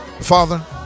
Father